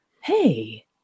hey